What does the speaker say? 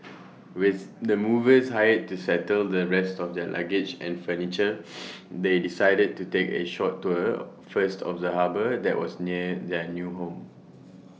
with the movers hired to settle the rest of their luggage and furniture they decided to take A short tour first of the harbour that was near their new home